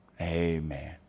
Amen